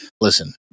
Listen